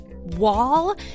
wall